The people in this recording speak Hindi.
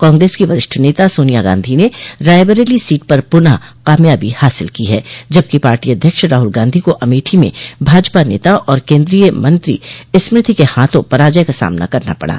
कांग्रेस की वरिष्ठ नेता सोनिया गांधी ने रायबरेली सीट पर पुनः कामयाबी हासिल की है जबकि पार्टी अध्यक्ष राहुल गांधी को अमेठी में भाजपा नेता और केन्द्रीय मंत्री स्मृति के हाथों पराजय का सामना करना पड़ा